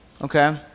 Okay